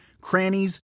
crannies